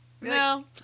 No